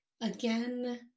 Again